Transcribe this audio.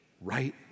right